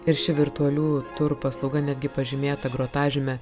ir ši virtualių turų paslauga netgi pažymėta grotažyme